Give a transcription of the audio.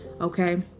Okay